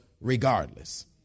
regardless